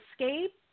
escape